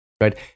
right